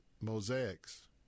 mosaics